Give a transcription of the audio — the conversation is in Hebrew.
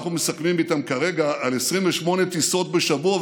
אנחנו מסכמים איתם כרגע על 28 טיסות בשבוע,